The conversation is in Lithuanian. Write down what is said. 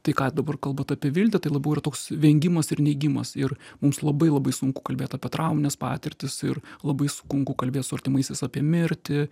tai ką dabar kalbat apie viltį tai labiau yra toks vengimas ir neigimas ir mums labai labai sunku kalbėt apie traumines patirtis ir labai sunku kalbėt su artimaisiais apie mirtį